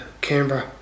Canberra